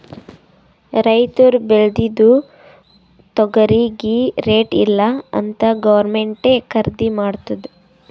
ರೈತುರ್ ಬೇಳ್ದಿದು ತೊಗರಿಗಿ ರೇಟ್ ಇಲ್ಲ ಅಂತ್ ಗೌರ್ಮೆಂಟೇ ಖರ್ದಿ ಮಾಡ್ತುದ್